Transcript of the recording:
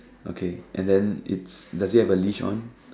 okay and then it's does she have a leash on